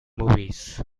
movies